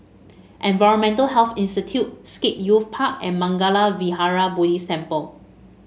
Environmental Health Institute Scape Youth Park and Mangala Vihara Buddhist Temple